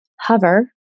hover